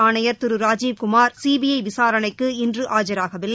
ஆணையர் திரு ராஜீவ்குமார் சிபிஐ விசாரணைக்கு இன்று ஆஜராகவில்லை